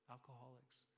Alcoholics